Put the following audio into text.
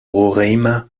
roraima